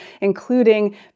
including